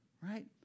right